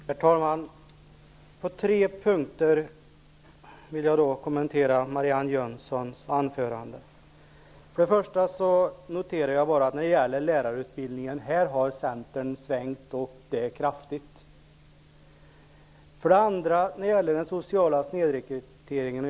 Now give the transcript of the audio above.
Herr talman! Jag vill kommentera Marianne För det första noterar jag bara när det gäller lärarutbildningen att Centern har svängt kraftigt. För det andra gäller det den sociala snedrekryteringen.